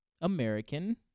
American